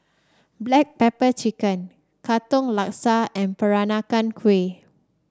Black Pepper Chicken Katong Laksa and Peranakan Kueh